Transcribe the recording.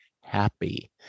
happy